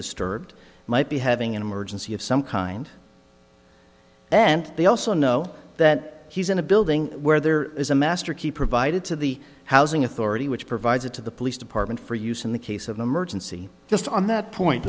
disturbed might be having an emergency of some kind and they also know that he's in a building where there is a master key provided to the housing authority which provides it to the police department for use in the case of emergency just on that point